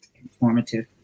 informative